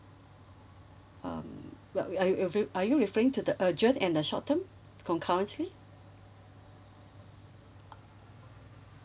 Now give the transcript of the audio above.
um are you referring to the urgent and the short term concurrently